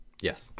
Yes